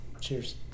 Cheers